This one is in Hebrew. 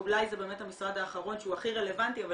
אולי זה באמת המשרד האחרון שהוא הכי רלבנטי אבל